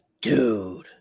Dude